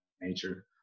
nature